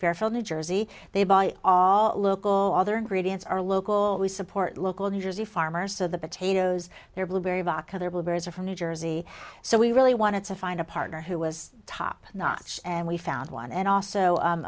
fairfield new jersey they buy all local other gradients are local we support local new jersey farmers so the potatoes there blueberry baka they're berries are from new jersey so we really wanted to find a partner who was top notch and we found one and also